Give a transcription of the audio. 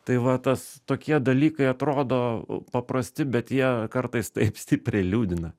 tai va tas tokie dalykai atrodo paprasti bet jie kartais taip stipriai liūdina